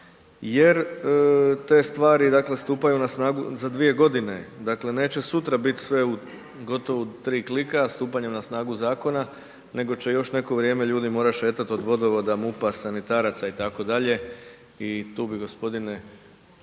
jer te stvari stupaju na snagu za dvije godine, dakle neće sutra bit sve u gotovo u tri klika stupanjem na snagu Zakona nego će još neko vrijeme ljudi morat šetat od vodovoda, MUP-a, sanitaraca i tako dalje, i tu bi gospodine